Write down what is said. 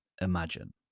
imagine